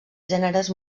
gèneres